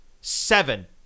seven